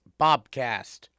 Bobcast